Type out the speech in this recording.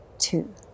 two